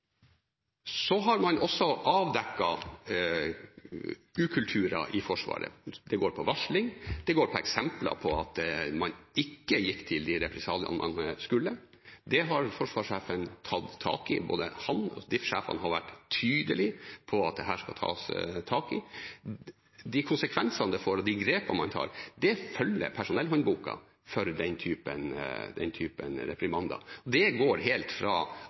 Så har man også avdekket ukulturer i Forsvaret. Det går på varsling, det går på eksempler på at man ikke grep til de represaliene man skulle. Det har forsvarssjefen tatt tak i. Både han og DIF-sjefene har vært tydelige på at dette skal tas tak i. De konsekvensene det får, og de grepene man tar, følger personellhåndboka for den typen reprimander. Det går helt fra